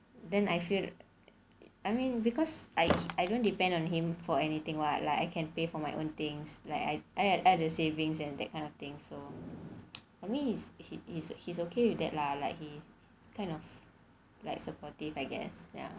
then I feel I mean because I I don't depend on him for anything lah like I can pay for my own things like I ada savings and that kind of thing so I mean he is he's okay with that lah like he kind of like supportive I guess ya